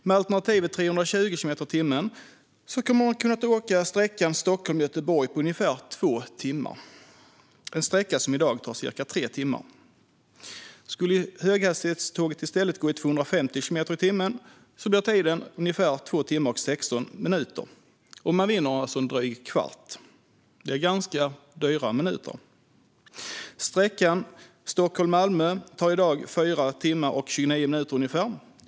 Med alternativet 320 kilometer i timmen kommer man att kunna åka sträckan Stockholm-Göteborg på ungefär två timmar, en sträcka som i dag tar cirka tre timmar. Skulle höghastighetståget i stället gå i 250 kilometer i timmen blir tiden ungefär två timmar och 16 minuter. Man vinner alltså en dryg kvart. Det är ganska dyra minuter. Sträckan Stockholm-Malmö tar i dag fyra timmar och 29 minuter.